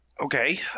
Okay